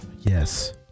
Yes